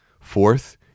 Fourth